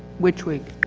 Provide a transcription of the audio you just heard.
which week?